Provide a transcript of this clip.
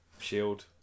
shield